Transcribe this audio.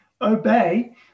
obey